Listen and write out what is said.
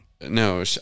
no